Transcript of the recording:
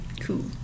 Cool